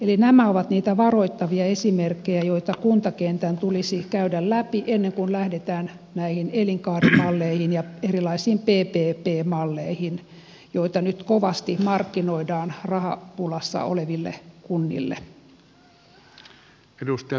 eli nämä ovat niitä varoittavia esimerkkejä joita kuntakentän tulisi käydä läpi ennen kuin lähdetään näihin elinkaarimalleihin ja erilaisiin ppp malleihin joita nyt kovasti markkinoidaan rahapulassa oleville kunnille